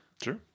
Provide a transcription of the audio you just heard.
Sure